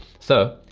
so,